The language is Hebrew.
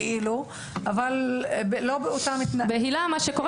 אבל לא באותן --- בהיל"ה מה שקורה